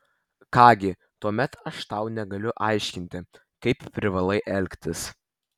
ką gi tuomet aš tau negaliu aiškinti kaip privalai elgtis